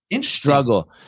struggle